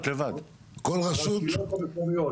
הרשויות המקומיות.